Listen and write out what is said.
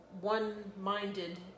one-minded